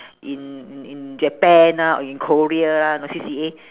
in in in japan lah or in korea lah know C_C_A